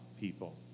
people